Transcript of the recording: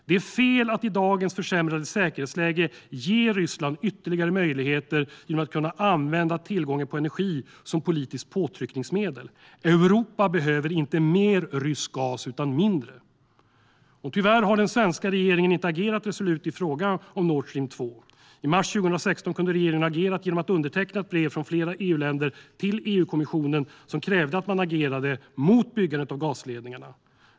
Det är fel att i dagens försämrade säkerhetsläge ge Ryssland ytterligare möjligheter att använda tillgången på energi som politiskt påtryckningsmedel. Europa behöver inte mer rysk gas utan mindre. Tyvärr har den svenska regeringen inte agerat resolut i fråga om Nord Stream 2. I mars 2016 kunde regeringen ha agerat genom att underteckna ett brev från flera EU-länder till EU-kommissionen. I brevet krävdes att man agerade mot byggandet av gasledningarna.